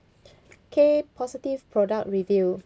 okay positive product review